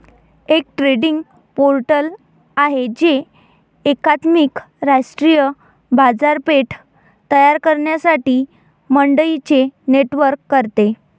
एक trading portal आहे जे एकात्मिक राष्ट्रीय बाजारपेठ तयार करण्यासाठी मंडईंचे नेटवर्क करते